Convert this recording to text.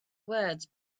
words